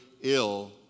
ill